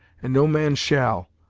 and no man shall,